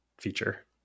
feature